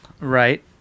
Right